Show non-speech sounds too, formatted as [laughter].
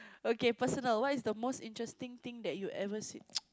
okay personal what is the most interesting thing that you ever seen [noise]